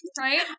Right